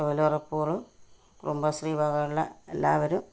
തൊഴിലുറപ്പുകൾ കുടുംബശ്രീ വകയുള്ള എല്ലാവരും